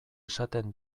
esaten